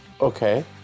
Okay